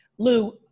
Lou